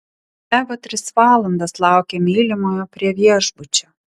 eva tris valandas laukė mylimojo prie viešbučio